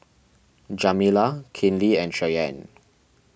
Jamila Kinley and Cheyenne